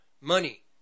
money